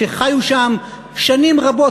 שחיו שם שנים רבות,